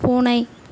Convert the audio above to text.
பூனை